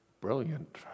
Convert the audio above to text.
Brilliant